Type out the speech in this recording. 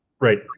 Right